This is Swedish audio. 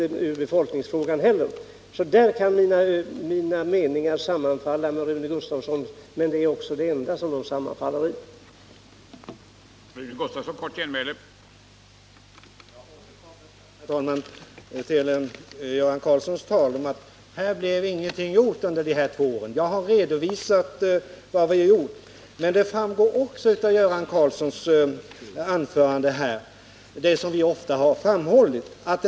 Så på den punkten sammanfaller min uppfattning med Rune Gustavssons, men det är också den enda punkt där min uppfattning sammanfaller med hans.